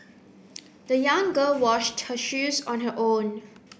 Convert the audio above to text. the young girl washed her shoes on her own